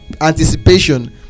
anticipation